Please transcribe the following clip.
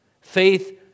Faith